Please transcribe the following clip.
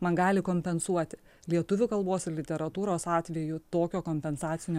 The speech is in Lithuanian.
man gali kompensuoti lietuvių kalbos ir literatūros atveju tokio kompensacinio